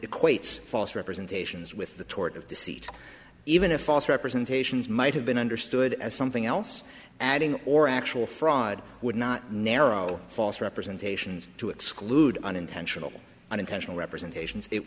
equates false representations with the tort of deceit even if false representations might have been understood as something else adding or actual fraud would not narrow false representations to exclude unintentional unintentional representation